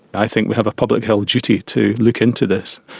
i think we have a public health duty to look into this,